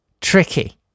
tricky